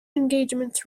engagement